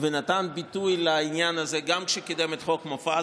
ונתן ביטוי לעניין הזה גם כשקידם את חוק מופז,